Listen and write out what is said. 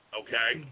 okay